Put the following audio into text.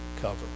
cover